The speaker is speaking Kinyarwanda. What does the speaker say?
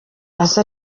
aze